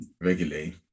regularly